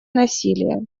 насилия